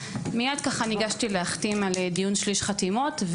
מיד ככה ניגשתי להחתים על דיון שליש חתימות.